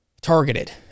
targeted